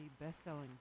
best-selling